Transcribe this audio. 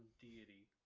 deity